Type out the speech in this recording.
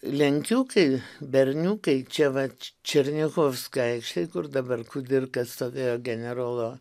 lenkiukai berniukai čia vat černiachovskio aikštėj kur dabar kudirka stovėjo generolo